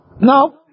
no